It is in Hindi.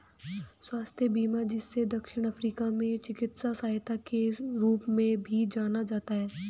स्वास्थ्य बीमा जिसे दक्षिण अफ्रीका में चिकित्सा सहायता के रूप में भी जाना जाता है